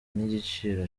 n’igiciro